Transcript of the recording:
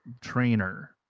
trainer